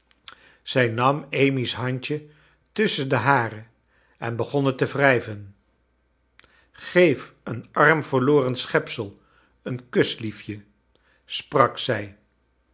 zij nam amy's handje tusschen de hare en begon het te wrijven gee een arm verloren schepsel een kus liefje sprak zij